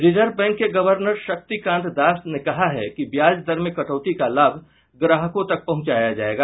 reserve bank के governor Shaktikanta Das ने कहा है कि ब्याज दर में कटौती का लाभ ग्राहकों तक पहुंचाया जायेगा